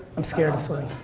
i'm scared of swimming.